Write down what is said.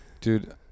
dude